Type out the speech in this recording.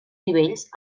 nivells